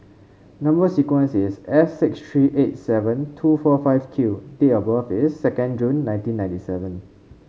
number sequence is S six three eight seven two four five Q date of birth is second June nineteen ninety seven